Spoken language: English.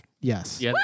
Yes